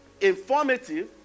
informative